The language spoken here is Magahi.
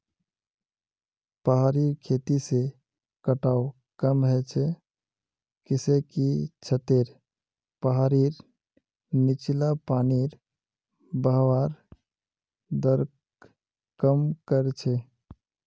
पहाड़ी खेती से कटाव कम ह छ किसेकी छतें पहाड़ीर नीचला पानीर बहवार दरक कम कर छे